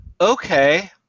okay